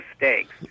mistakes